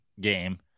game